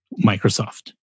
Microsoft